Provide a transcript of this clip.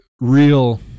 real